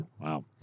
Wow